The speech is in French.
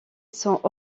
sont